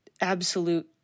absolute